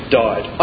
died